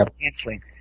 canceling